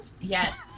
Yes